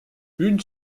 une